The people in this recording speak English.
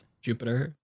Jupiter